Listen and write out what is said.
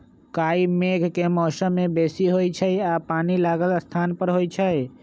काई मेघ के मौसम में बेशी होइ छइ आऽ पानि लागल स्थान पर होइ छइ